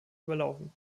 überlaufen